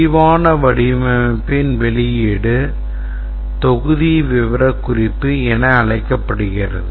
விரிவான வடிவமைப்பின் வெளியீடு தொகுதி விவரக்குறிப்பு என அழைக்கப்படுகிறது